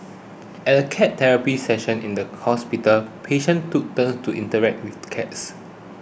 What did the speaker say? at a cat therapy session in the hospital patients took turns to interact with cats